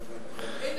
הנה,